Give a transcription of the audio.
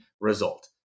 result